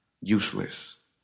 useless